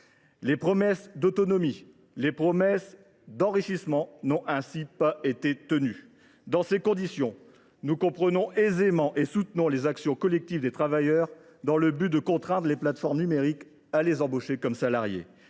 Les promesses d’autonomie et d’enrichissement n’ont pas été tenues. Dans ces conditions, nous comprenons et soutenons les actions collectives des travailleurs pour contraindre les plateformes numériques à les embaucher comme salariés.